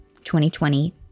2020